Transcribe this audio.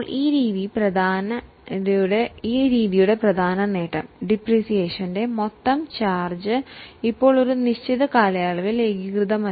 ഈ രീതിയുടെ പ്രാധാന്യം ഡിപ്രീസിയേഷൻ ചാർജ് ഒരു നിശ്ചിത കാലയളവിൽ ഒരേപോലെയല്ല